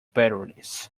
batteries